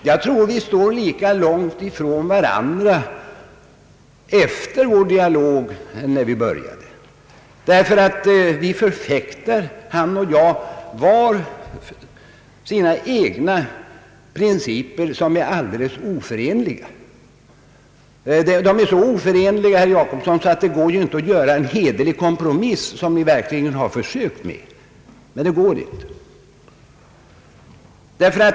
Jag tror att vi står lika långt ifrån varandra efter vår dialog som när vi började, därför att vi var och en förfäktar våra egna principer, vilka är helt oförenliga. De är så oförenliga, herr Jacobsson, att det inte går att träffa en hederlig kompromiss, vilket högerreservanterna försökt göra.